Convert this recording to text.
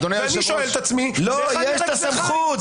ואני שואל את עצמי מהיכן --- לא, יש את הסמכות.